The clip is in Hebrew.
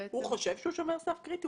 הוא חושב שהוא שומר סף קריטי?